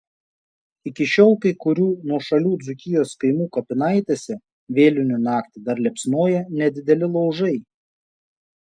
iki šiol kai kurių nuošalių dzūkijos kaimų kapinaitėse vėlinių naktį dar liepsnoja nedideli laužai